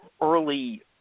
early